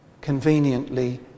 conveniently